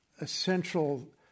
essential